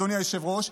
אדוני היושב-ראש,